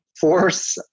force